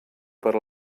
per